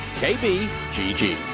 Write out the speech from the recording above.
KBGG